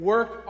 Work